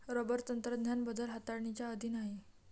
rubber तंत्रज्ञान बदल हाताळणीच्या अधीन आहे